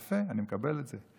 יפה, אני מקבל את זה.